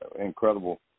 Incredible